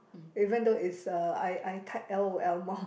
even though it's a I I type l_o_l more